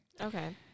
Okay